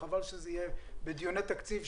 חבל שזה יהיה בדיוני תקציב,